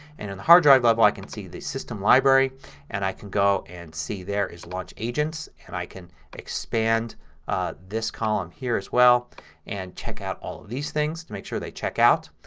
and in the hard drive level i can see the system library and i can go and see there is launchagents. and i can expand this column here as well and check out all of these things to make sure they check out.